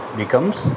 becomes